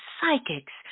psychics